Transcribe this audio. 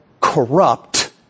corrupt